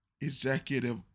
executive